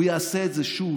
הוא יעשה את זה שוב.